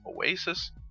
Oasis